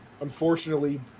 unfortunately